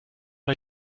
bei